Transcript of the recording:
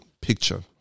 picture